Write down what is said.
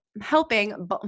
helping